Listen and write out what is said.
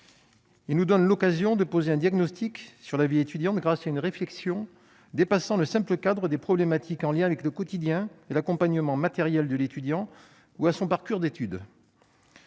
Il nous donne l'occasion de poser un diagnostic sur la vie étudiante grâce à une réflexion dépassant le simple cadre des problématiques liées au quotidien de l'étudiant et à son accompagnement matériel, ou à son parcours d'études.